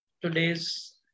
today's